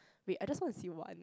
wait I just want to see one